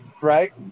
Right